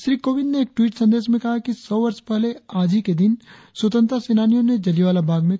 श्री कोविंद ने एक टवीट संदेश में कहा कि सौ वर्ष पहले आज ही के दिन स्वतंत्रता सेनानियों ने जलियांवाला बाग में कुर्बानी दी थी